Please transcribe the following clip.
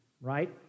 right